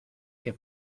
que